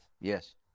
Yes